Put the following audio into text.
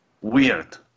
Weird